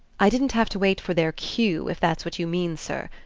i didn't have to wait for their cue, if that's what you mean, sir.